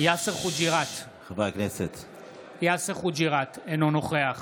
יאסר חוג'יראת, אינו נוכח